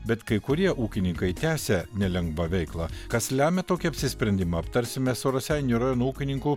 bet kai kurie ūkininkai tęsia nelengvą veiklą kas lemia tokį apsisprendimą aptarsime su raseinių rajono ūkininku